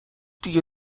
دیگه